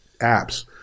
apps